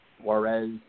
Juarez